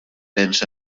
tens